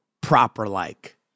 proper-like